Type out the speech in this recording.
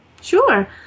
Sure